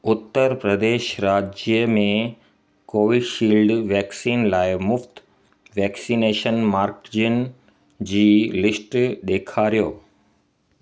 उत्तर प्रदेश राज्य में Covishield vaccine लाइ मुफ़्ति वैक्सनेशन मर्कज़नि जी लिस्ट ॾेखारियो